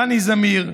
דני זמיר,